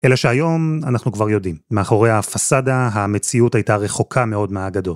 אלא שהיום אנחנו כבר יודעים, מאחורי הפסדה המציאות הייתה רחוקה מאוד מהאגדות.